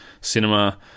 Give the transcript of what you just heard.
cinema